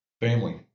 Family